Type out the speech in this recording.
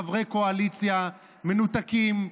חברי קואליציה מנותקים,